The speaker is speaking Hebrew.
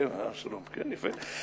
כן, יפה.